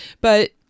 But-